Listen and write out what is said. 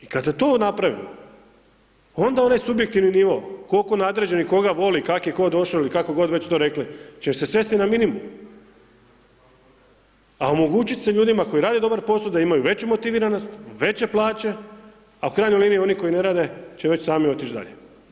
I kad te to napravimo onda onaj subjektivni nivo, kolko nadređenih koga voli, kak je ko došo ili kako god već to rekli će se svesti na minimum, a omogućit se ljudima koji rade dobar posao da imaju veću motiviranost, veće plaće, a u krajnjoj liniji oni koji ne rade će već sami otić dalje.